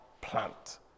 plant